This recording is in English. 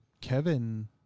Kevin